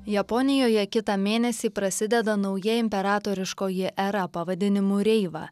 japonijoje kitą mėnesį prasideda nauja imperatoriškoji era pavadinimu reiva